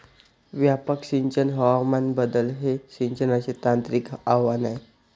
व्यापक सिंचन हवामान बदल हे सिंचनाचे तांत्रिक आव्हान आहे